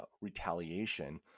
retaliation